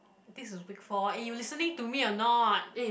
this is week four eh you listening to me or not